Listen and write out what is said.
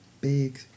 big